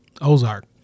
Ozark